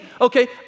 okay